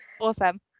Awesome